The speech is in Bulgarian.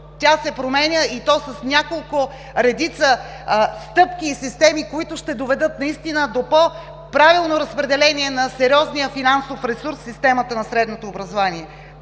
тя се променя, и то с няколко редица стъпки и системи, които ще доведат до по-правилно разпределение на сериозния финансов ресурс в системата на средното образование.